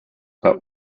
but